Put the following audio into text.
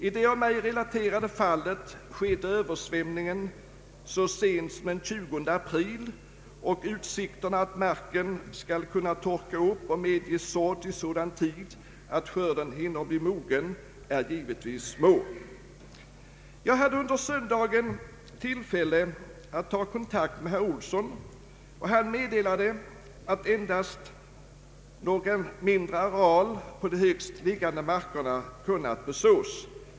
I det av mig relaterade fallet skedde översvämningen så sent som den 20 april, och utsikterna att marken skall kunna torka upp och medge sådd i sådan tid att skörden hinner mogna, är givetvis små. Jag hade under söndagen tillfälle att ta kontakt med herr Olsson, och han meddelade att han endast kunnat beså en mindre areal på de högst liggande markerna.